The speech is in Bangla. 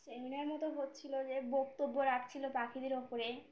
সেমিনার মতো হচ্ছিল যে বক্তব্য রাখছিল পাখিদের ওপরে